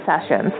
sessions